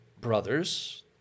brothers